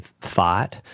thought